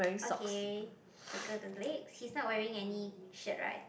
okay circle the leg he's not wearing any shirt right